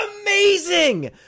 amazing